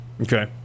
Okay